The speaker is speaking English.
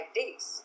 days